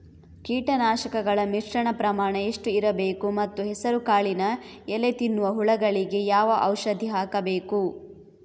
ಕೀಟನಾಶಕಗಳ ಮಿಶ್ರಣ ಪ್ರಮಾಣ ಎಷ್ಟು ಇರಬೇಕು ಮತ್ತು ಹೆಸರುಕಾಳಿನ ಎಲೆ ತಿನ್ನುವ ಹುಳಗಳಿಗೆ ಯಾವ ಔಷಧಿ ಹಾಕಬೇಕು?